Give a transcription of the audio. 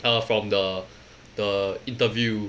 err from the the interview